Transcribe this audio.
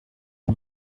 the